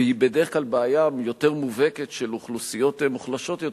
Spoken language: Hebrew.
והיא בדרך כלל בעיה יותר מובהקת של אוכלוסיות מוחלשות יותר,